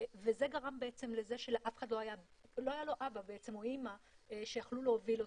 וזה גרם בעצם לזה שלאף אחד לא היה אבא או אימא שיכלו להוביל אותו.